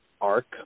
arc